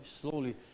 slowly